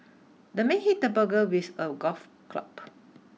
the man hit the burglar with a golf club